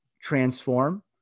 transform